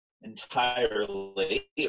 entirely